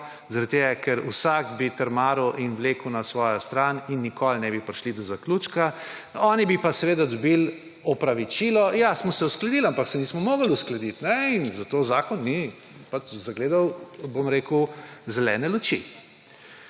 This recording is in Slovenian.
ker vsak bi trmaril in vlekel na svojo stran in nikoli ne bi prišli do zaključka. Oni pa bi dobili opravičilo, češ, ja, smo se uskladili, ampak se nismo mogli uskladiti in zato zakon ni zagledal zelene luči.